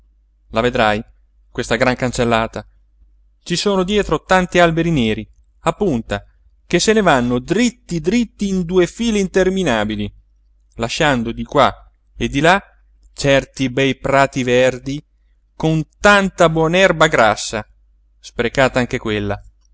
la vedrai questa gran cancellata ci sono dietro tanti alberi neri a punta che se ne vanno dritti dritti in due file interminabili lasciando di qua e di là certi bei prati verdi con tanta buon'erba grassa sprecata anche quella